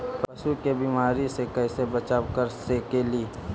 पशु के बीमारी से कैसे बचाब कर सेकेली?